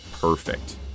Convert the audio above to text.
perfect